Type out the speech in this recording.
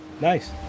Nice